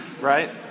right